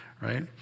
Right